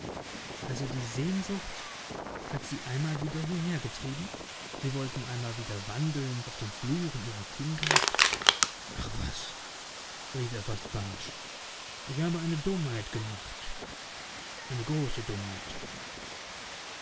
also die sehnsucht hat sie einmal wieder hierhergetrieben sie wollten einmal wieder wandeln auf den fluren ihrer kindheit ach was rief er fast barsch ich habe eine dummheit gemacht eine große dummheit